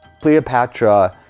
Cleopatra